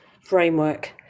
framework